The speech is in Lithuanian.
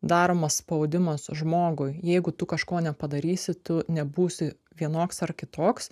daromas spaudimas žmogui jeigu tu kažko nepadarysi tu nebūsi vienoks ar kitoks